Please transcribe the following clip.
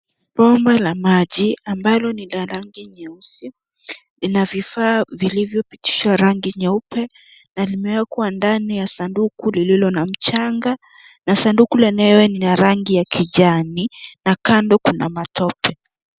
Bomba la maji ambalo lina rangi nyeusi lina vifaa vilivyopitishwa rangi nyeupe na limewekwa ndani la sanduku lililo na mchanga na sanduku lenyewe lina rangi ya kijani, na kando kuna matope.